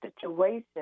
situation